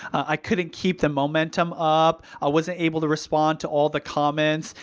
i couldn't keep the momentum up, i wasn't able to respond to all the comments,